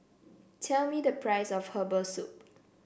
tell me the price of Herbal Soup